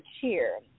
cheer